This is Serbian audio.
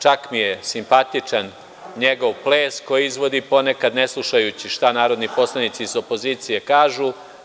Čak mi je simpatičan njegov ples koji izvodi ponekad, ne slušajući šta narodni poslanici iz opozicije kažu.